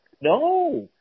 No